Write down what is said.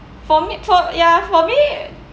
for me for ya for me